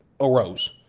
arose